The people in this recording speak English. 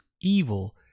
evil